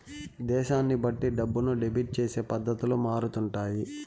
దేశాన్ని బట్టి డబ్బుని డెబిట్ చేసే పద్ధతులు మారుతుంటాయి